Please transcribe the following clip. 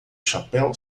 chapéu